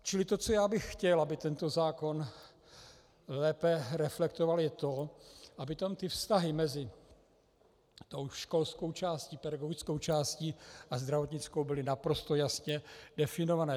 Čili to, co já bych chtěl, aby tento zákon lépe reflektoval, je to, aby tam vztahy mezi školskou částí, pedagogickou částí a zdravotnickou částí byly naprosto jasně definované.